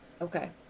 Okay